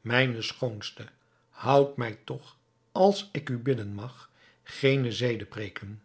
mijne schoonste houdt mij toch als ik u bidden mag geene zedepreken